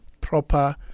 proper